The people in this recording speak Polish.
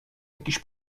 jakiś